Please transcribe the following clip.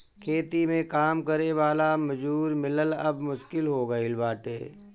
खेती में काम करे वाला मजूर मिलल अब मुश्किल हो गईल बाटे